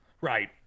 Right